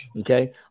okay